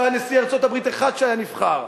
לא היה נשיא ארצות-הברית אחד שהיה נבחר.